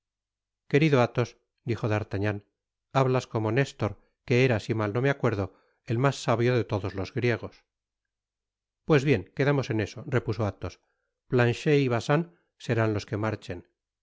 querido athos dijo d'artagnan hablas como nestor que era si mal no me acuerdo el mas sabio de todos los griegos pues bien quedamos en eso repuso athos planchet y bacin serán los que marchen